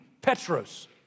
Petros